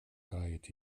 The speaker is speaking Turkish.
gayet